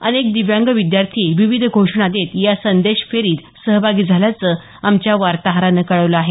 अनेक दिव्यांग विद्यार्थी विविध घोषणा देत या संदेश फेरीत सहभागी झाल्याचं आमच्या वार्ताहरानं कळवलं आहे